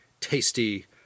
tasty